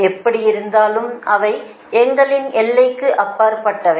எப்படியிருந்தாலும் அவை எங்களின் எல்லைக்கு அப்பாற்பட்டவை